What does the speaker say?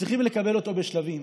צריכים לקבל אותו בשלבים.